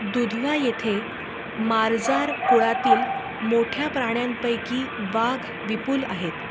दुधवा येथे मार्जार कुळातील मोठ्या प्राण्यांपैकी वाघ विपुल आहेत